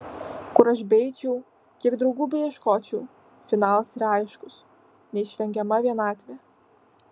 kur aš beeičiau kiek draugų beieškočiau finalas yra aiškus neišvengiama vienatvė